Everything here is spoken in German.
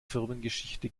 firmengeschichte